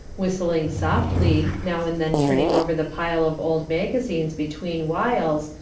whistling softly, now and then turning over the pile of old magazines between whiles,